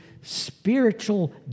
spiritual